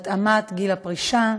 התאמת גיל הפרישה,